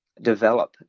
develop